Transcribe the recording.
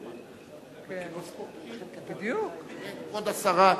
כבוד השרה,